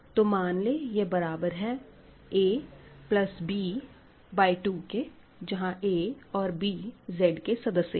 तो मान ले यह बराबर है a प्लस b बाय 2 के जहां a और b Z के सदस्य है